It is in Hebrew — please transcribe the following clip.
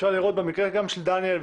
אפשר לראות במקרה גם של דניאל ,